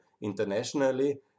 internationally